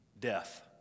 Death